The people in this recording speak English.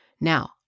Now